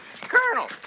Colonel